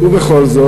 ובכל זאת,